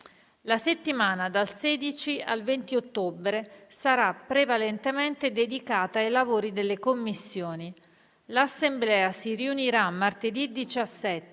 La settimana dal 16 al 20 ottobre sarà prevalentemente dedicata ai lavori delle Commissioni. L'Assemblea si riunirà martedì 17